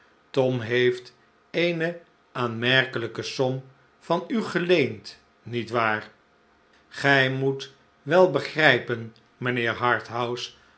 tom heeft eene aanmerkelijke som van u geleend niet waar gij moet wel begrijpen